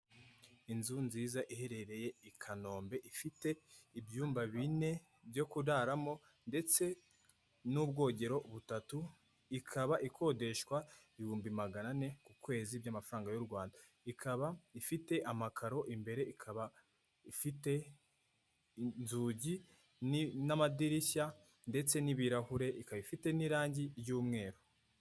Inzu nziza iherereye i Kanombe, ifite ibyumba bine byo kuraramo, ndetse n'ubwogero butatu; ikaba ikodeshwa ibihumbi magana ane ku kwezi, by'amafaranga y'u Rwanda; ikaba ifite amakaro imbere, ikaba ifite inzugi n'amadirishya ndetse n'ibirahure ikaba ifite n'irangi ry'umweru.